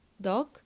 dog